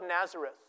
Nazareth